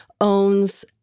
owns